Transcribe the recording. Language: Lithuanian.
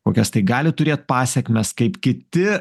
kokias tai gali turėt pasekmes kaip kiti